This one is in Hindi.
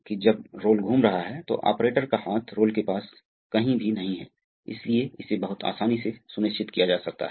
तो अब यहाँ क्या हो रहा है यह देखो यह देखो कि पंप प्रवाह यहाँ V है ठीक है